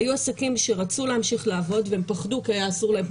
היו עסקים שרצו להמשיך לעבוד והם פחדו כי היה אסור להם,